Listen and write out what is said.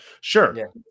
Sure